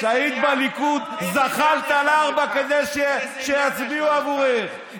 כשהיית בליכוד זחלת על ארבע כדי שיצביעו עבורך,